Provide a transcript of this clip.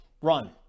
run